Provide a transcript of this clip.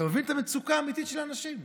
אתה מבין את המצוקה האמיתית של האנשים?